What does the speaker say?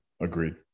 Agreed